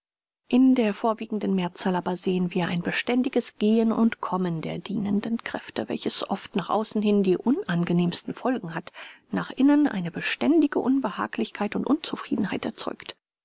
in der vorwiegenden mehrzahl aber sehen wir ein beständiges gehen und kommen der dienenden kräfte welches oft nach außen hin die unangenehmsten folgen hat nach innen eine beständige unbehaglichkeit und unzufriedenheit erzeugt